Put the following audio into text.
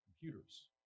computers